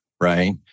right